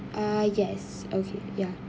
uh yes okay ya